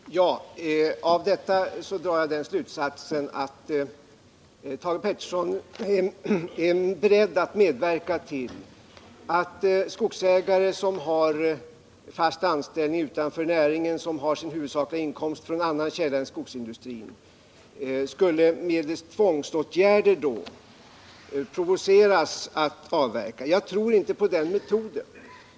Herr talman! Jag drar av Thage Petersons senaste inlägg den slutsatsen att han är beredd att medverka till att skogsägare som har fast anställning utanför näringen, dvs. har sin huvudsakliga inkomst från annan källa än skogsindustrin, skulle medelst tvångsåtgärder provoceras att avverka. Jag tror inte på den metoden.